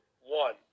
One